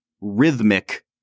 rhythmic